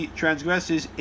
transgresses